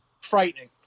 Frightening